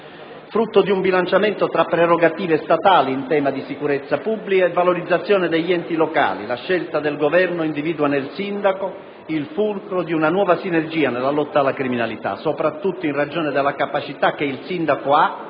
Frutto di un bilanciamento tra prerogative statali in tema di sicurezza pubblica e valorizzazione degli enti locali, la scelta del Governo individua nel sindaco il fulcro di una nuova sinergia nella lotta alla criminalità, soprattutto in ragione della capacità che il sindaco ha